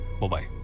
Bye-bye